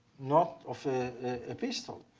not of a ah pistol,